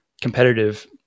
competitive